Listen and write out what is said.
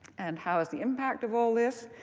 and how is the impact of all this?